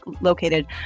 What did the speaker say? located